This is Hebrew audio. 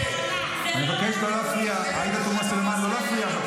לא תהיה.